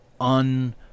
un